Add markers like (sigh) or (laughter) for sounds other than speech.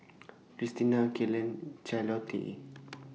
Krystina Kelan Charlottie (noise)